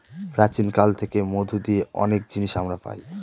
প্রাচীন কাল থেকে মধু দিয়ে অনেক জিনিস আমরা পায়